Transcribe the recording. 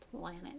planet